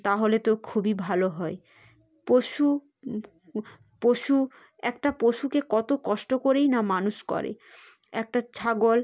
তাহলে তো খুবই ভালো হয় পশু পশু একটা পশুকে কত কষ্ট করেই না মানুষ করে একটা ছাগল